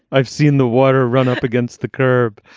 i've seen the water run up against the curb.